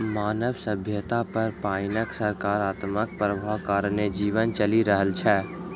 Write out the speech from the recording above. मानव सभ्यता पर पाइनक सकारात्मक प्रभाव कारणेँ जीवन चलि रहल छै